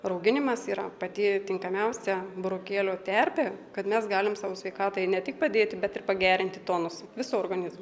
rauginimas yra pati tinkamiausia burokėlių terpė kad mes galim savo sveikatai ne tik padėti bet ir pagerinti tonus viso organizmo